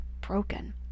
broken